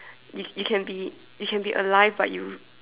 you you can be you can be alive but you